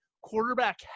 quarterback